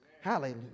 hallelujah